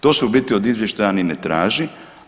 To se u biti od izvještaja niti ne traži.